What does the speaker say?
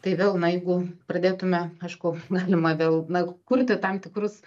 tai vėl na jeigu pradėtume aišku galima vėl na kurti tam tikrus